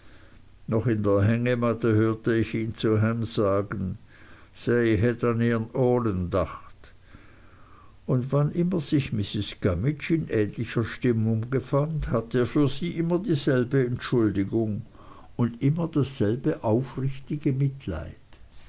noch in der hängematte hörte ich ihn zu ham sagen sej hett an ehrn olen dacht und wann immer sich mrs gummidge in ähnlicher stimmung befand hatte er für sie immer dieselbe entschuldigung und immer dasselbe aufrichtige mitleid